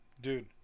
Dude